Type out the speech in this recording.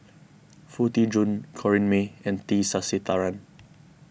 Foo Tee Jun Corrinne May and T Sasitharan